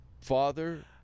Father